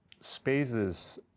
spaces